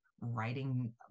writing